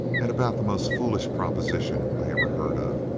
and about the most foolish proposition i ever heard of,